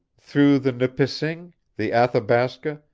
through the nipissing, the athabasca,